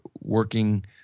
working